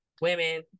women